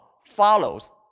follows